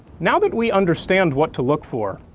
now that we understand what to look for,